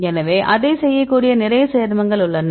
எனவே அதைச் செய்யக்கூடிய நிறைய சேர்மங்கள் உள்ளன